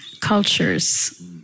cultures